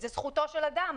זה זכותו של אדם.